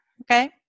Okay